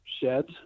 sheds